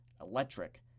electric